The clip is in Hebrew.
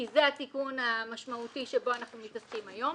כי זה התיקון המשמעותי שבו אנחנו מתעסקים היום